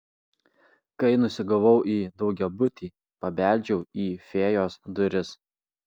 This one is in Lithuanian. kai nusigavau į daugiabutį pabeldžiau į fėjos duris